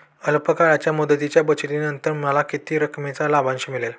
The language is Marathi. अल्प काळाच्या बचतीच्या मुदतीनंतर मला किती रकमेचा लाभांश मिळेल?